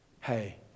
Hey